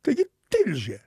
taigi tilžė